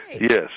Yes